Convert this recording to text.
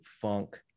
funk